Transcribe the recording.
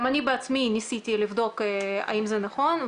גם אני בעצמי ניסיתי לבדוק האם זה נכון,